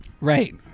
Right